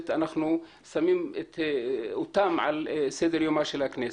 אנחנו שמים אותם על סדר יומה של הכנסת.